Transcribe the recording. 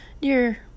Dear